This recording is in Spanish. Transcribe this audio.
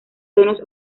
tonos